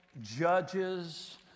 judges